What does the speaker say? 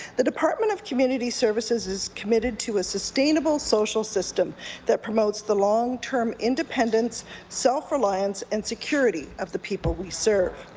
the department of community services is committed to a sustainable social system that promotes the long-term independent and self reliance and security of the people we serve.